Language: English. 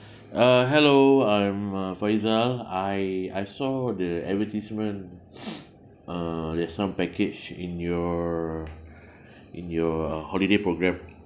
uh hello I'm uh faizal I I saw the advertisement uh there's some package in your in your holiday program